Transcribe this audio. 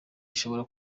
ishobora